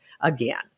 again